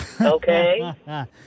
Okay